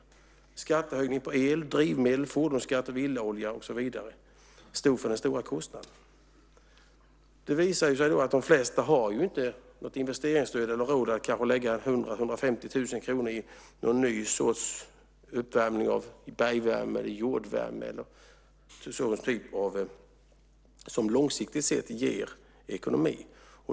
En skattehöjning på el, drivmedel, fordonskatt och villaolja och så vidare stod för den stora kostnaden. Det visar sig ju att de flesta inte har något investeringsstöd eller råd att lägga kanske 100 000-150 000 kr på en ny sorts uppvärmning, till exempel bergvärme, jordvärme eller något som långsiktigt ger bättre ekonomi.